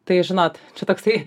tai žinot čia toksai